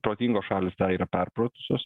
protingos šalys tą yra perpratusios